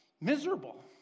miserable